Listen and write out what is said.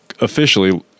officially